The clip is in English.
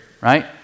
right